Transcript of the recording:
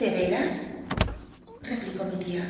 de vcms replicó mi tia